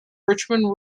richmond